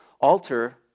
alter